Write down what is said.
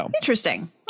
Interesting